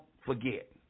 forget